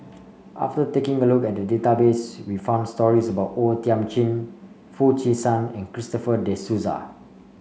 after taking a look at the database we found stories about O Thiam Chin Foo Chee San and Christopher De Souza